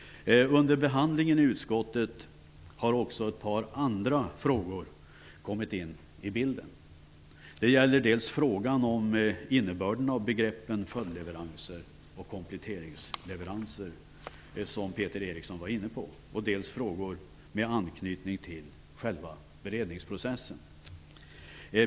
Under behandlingen i utskottet har också ett par andra frågor kommit in i bilden. Det gäller dels frågan om innebörden i begreppen följdleveranser och kompletteringsleveranser, som Peter Eriksson var inne på, dels frågor med anknytning till själva beredningsprocessen.